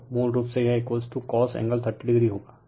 तो मूल रूप से यह cos एंगल 30o होगा